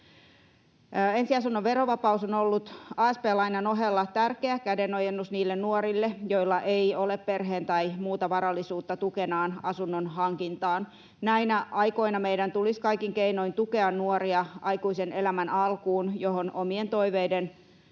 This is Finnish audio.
Ensiasunnon verovapaus on ollut asp-lainan ohella tärkeä kädenojennus niille nuorille, joilla ei ole perheen tai muuta varallisuutta tukenaan asunnon hankintaan. Näinä aikoina meidän tulisi kaikin keinoin tukea nuoria aikuisen elämän alkuun, johon omien toiveiden